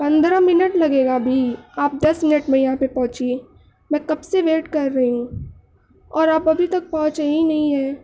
پندرہ منٹ لگے گا ابھی آپ دس منٹ میں یہاں پہ پہنچیے میں کب سے ویٹ کر رہی ہوں اور آپ ابھی تک پہنچے ہی نہیں ہیں